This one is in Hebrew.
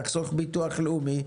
תחסוך ביטוח לאומי,